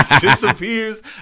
disappears